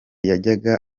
yajyaga